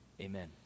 Amen